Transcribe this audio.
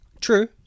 true